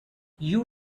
you